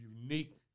unique